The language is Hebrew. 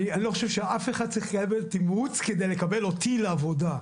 אני לא חושב שאף אחד צריך לקבל תימרוץ כדי לקבל אותי לעבודה.